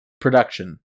production